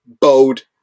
bold